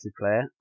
player